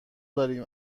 داریم